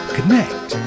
Connect